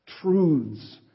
Truths